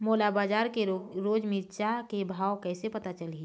मोला बजार के रोज के मिरचा के भाव कइसे पता चलही?